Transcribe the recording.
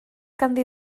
ganddi